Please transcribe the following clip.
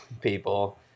people